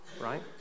right